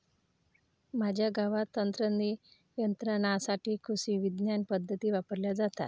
माझ्या गावात तणनियंत्रणासाठी कृषिविज्ञान पद्धती वापरल्या जातात